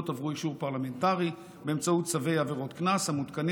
עברו אישור פרלמנטרי באמצעות צווי עבירות קנס המותקנים